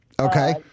Okay